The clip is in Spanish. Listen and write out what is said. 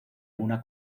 una